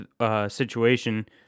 situation